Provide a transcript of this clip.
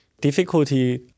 difficulty